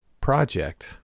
project